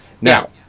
Now